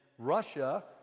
Russia